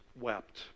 wept